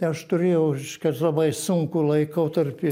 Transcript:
tai aš turėjau reiškia labai sunkų laikotarpį